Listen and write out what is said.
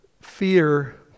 fear